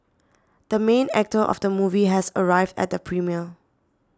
the main actor of the movie has arrived at the premiere